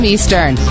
Eastern